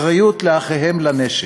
אחריות לאחיהם לנשק.